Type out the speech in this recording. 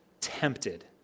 Tempted